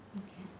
okay